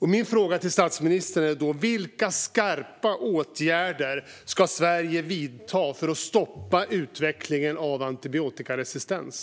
Min fråga till statsministern är: Vilka skarpa åtgärder ska Sverige vidta för att stoppa utvecklingen av antibiotikaresistens?